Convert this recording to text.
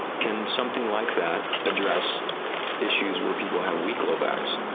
can something like that address issues were people have weak low backs?